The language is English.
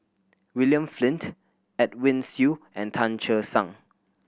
William Flint Edwin Siew and Tan Che Sang